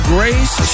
Grace